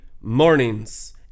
mornings